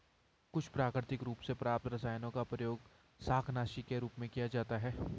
कुछ प्राकृतिक रूप से प्राप्त रसायनों का प्रयोग शाकनाशी के रूप में किया जाता है